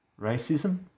racism